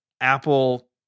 Apple